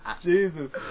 Jesus